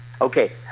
Okay